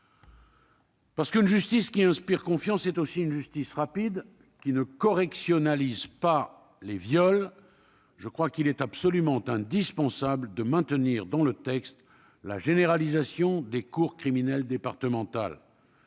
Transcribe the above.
Parce qu'une justice qui inspire confiance est aussi une justice rapide, qui ne correctionnalise pas les affaires de viol, je crois qu'il est absolument indispensable de maintenir dans le texte la généralisation des cours criminelles départementales.